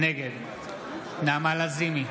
נגד נעמה לזימי,